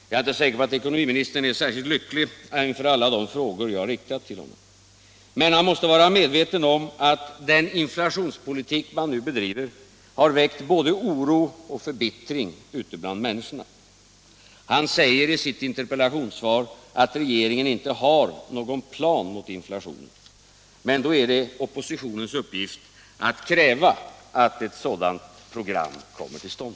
Jag är inte säker på att ekonomiministern känner sig särskilt lycklig inför alla de frågor jag har riktat till honom, men han måste vara medveten om att den inflationspolitik man nu bedriver har väckt både oro och förbittring ute bland människorna. Han säger i sitt interpellationssvar att regeringen inte har någon plan mot inflationen, men då är det oppositionens uppgift att kräva att ett sådant program kommer till stånd.